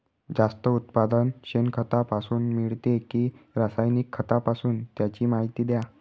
जास्त उत्पादन शेणखतापासून मिळते कि रासायनिक खतापासून? त्याची माहिती द्या